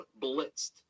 Blitzed